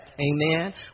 Amen